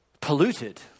polluted